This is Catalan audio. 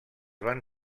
van